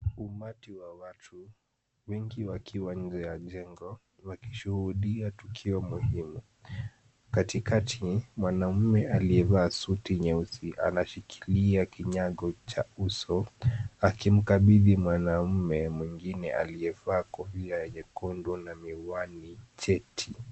Umati wa watu wengi wakiwa nje ya jengo wakishuhudia tukio muhimu. Katikati mwanaume aliyevaa suti nyeusi anashikilia kinyago cha uso akimkabidhi mwanaume mwingine aliyevaa kofia nyekundu na miwani cheti.